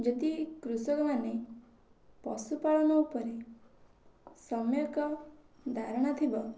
ଯଦି କୃଷକମାନେ ପଶୁ ପାଳନ ଉପରେ ସମ୍ୟକ୍ ଧାରଣା ଥିବ